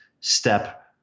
step